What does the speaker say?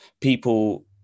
people